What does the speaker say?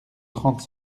trente